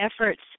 efforts